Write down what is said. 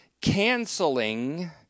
canceling